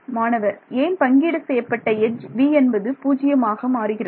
மாணவர் ஏன் பங்கீடு செய்யப்பட்ட எட்ஜ் v என்பது பூச்சியமாக மாறுகிறது